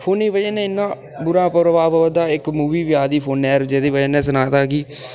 फोनै दी बजह नै इन्ना बुरा प्रभाव पवै दा इक मूवी बी आई दी ही फोनै र जेह्दी बजह नै सनाए दा हा कि